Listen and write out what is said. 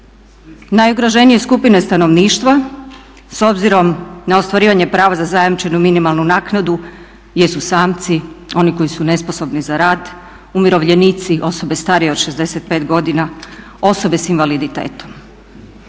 Najugroženije skupine stanovništva s obzirom na ostvarivanje prava za zajamčenu minimalnu naknadu jesu samci, oni koji su nesposobni za rad, umirovljenici, osobe starije od 65 godina, osobe s invaliditetom.